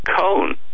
Cone